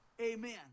amen